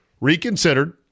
reconsidered